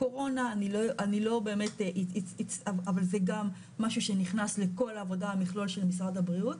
גם הקורונה זה משהו שנכנס לכל מכלול העבודה של משרד הבריאות.